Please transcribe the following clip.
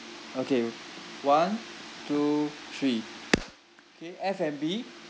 okay one two three K F&B